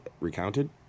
Recounted